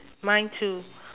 mine too